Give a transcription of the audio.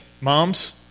moms